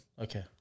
Okay